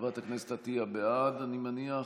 חברת הכנסת עטייה, בעד, אני מניח.